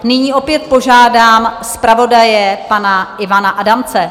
Nyní opět požádám zpravodaje pana Ivana Adamce.